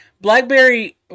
BlackBerry –